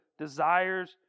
desires